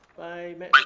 by matt. like